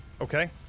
Okay